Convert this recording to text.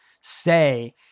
say